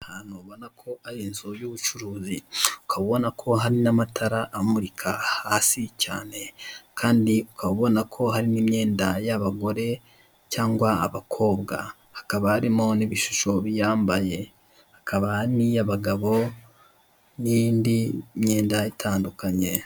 Ahantu ubona ko ari inzu y'ubucuruzi hakaba hari n'amatara amurika hasi cyane kandi ukaba ubona ko hari n'imyenda y'abagore cyangwa abakobwa, hakaba harimo n'ibishusho biyambaye, hakaba hari n'iyabagabo n'indi myenda itandukanye.